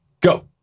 go